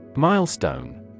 Milestone